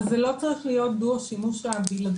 אבל זה לא צריך להיות דו השימוש הבלעדי,